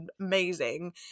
amazing